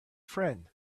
friend